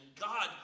God